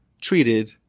treated